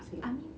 I mean